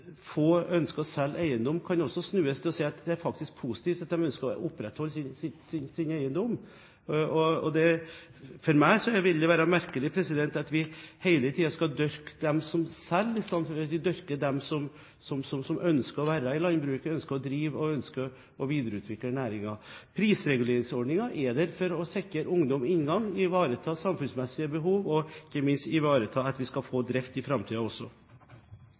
ønsker å beholde sin eiendom. For meg vil det være merkelig at vi hele tiden skal dyrke dem som selger, istedenfor at vi dyrker dem som ønsker å være i landbruket, som ønsker å drive, og som ønsker å videreutvikle næringen. Prisreguleringsordningen er der for å sikre ungdom inngang, ivareta samfunnsmessige behov og ikke minst ivareta at vi skal ha drift også i